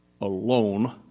alone